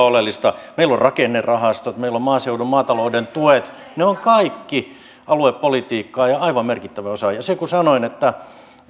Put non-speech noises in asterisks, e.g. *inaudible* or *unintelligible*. *unintelligible* oleellista meillä on rakennerahastot meillä on maaseudun maatalouden tuet ne ovat kaikki aluepolitiikkaa ja aivan merkittävä osa ja kun sanoin